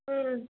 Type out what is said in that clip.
ம்